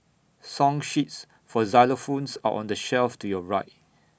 song sheets for xylophones are on the shelf to your right